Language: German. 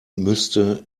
müsste